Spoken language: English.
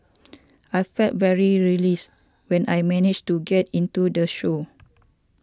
I felt very relieved when I managed to get into the show